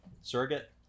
Surrogate